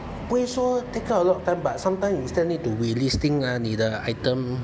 不会说 take up a lot of time but sometime you still need to relisting ah 你的 item